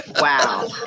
Wow